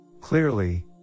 Clearly